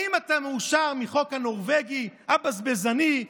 האם אתה מאושר מהחוק הנורבגי הבזבזני?